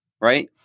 right